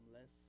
Less